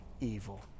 evil